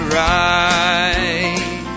right